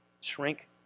shrink